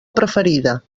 preferida